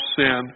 sin